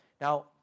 Now